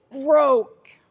broke